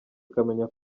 ukamenya